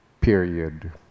period